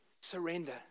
Surrender